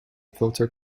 filter